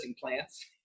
plants